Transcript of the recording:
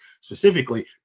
specifically